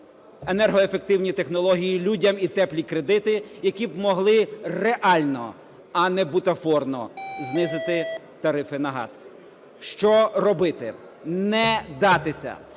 енергоефективні технології людям і "теплі кредити", які б могли реально, а не бутафорно, знизити тарифи на газ. Що робити? Не датися.